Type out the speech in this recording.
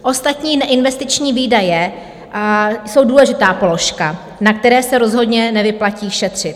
Ostatní neinvestiční výdaje jsou důležitá položka, na které se rozhodně nevyplatí šetřit.